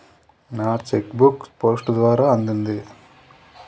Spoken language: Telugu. నా చెక్ బుక్ పోస్ట్ ద్వారా అందింది